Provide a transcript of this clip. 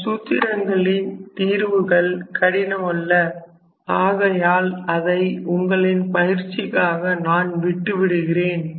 இந்த சூத்திரங்களின் தீர்வுகள் கடினமல்ல ஆகையால் அதை உங்களின் பயிற்சிக்காக நான் விட்டு விடுகிறேன்